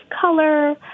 color